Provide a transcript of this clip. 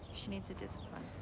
she needs the discipline.